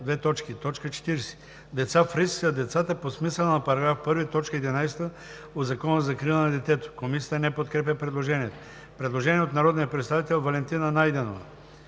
т. 40: „ 40. „Деца в риск“ са децата по смисъла на § 1, т. 11 от Закона за закрила на детето.“ Комисията не подкрепя предложението. Предложение от народния представител Валентина Найденова: